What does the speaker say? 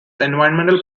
environmental